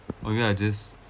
oh ya I just